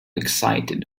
excited